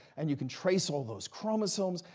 and you can trace all those chromosomes.